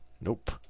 Nope